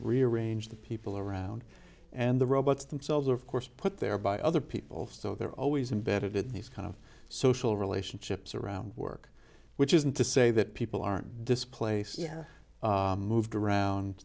rearrange the people around and the robots themselves are of course put there by other people so they're always embedded in these kind of social relationships around work which isn't to say that people aren't displaced here moved